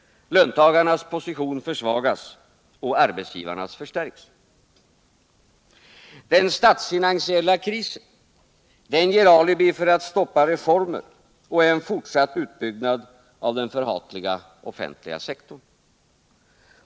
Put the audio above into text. Löntagarnas position försvagas och arbetsgivarnas förstärks. Den statsfinansiella krisen ger alibi för att stoppa reformer och en fortsatt utbyggnad av den förhatliga offentliga sektorn.